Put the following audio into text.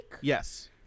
Yes